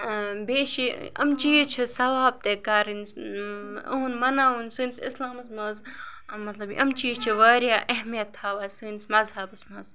بیٚیہِ چھِ یِم چیٖز چھِ سواب تہِ کَرٕنۍ یُہُنٛد مَناوُن سٲنِس اِسلامَس منٛز مطلب یِم چیٖز چھِ واریاہ اہمیت تھاوان سٲنِس مذہَبَس منٛز